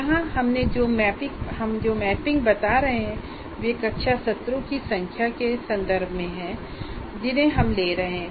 यहां हम जो मैपिंग बता रहे हैं वह कक्षा सत्रों की संख्या के संदर्भ में है जिन्हे हम ले रहे हैं